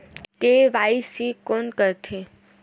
KYC कोन करथे?